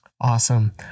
Awesome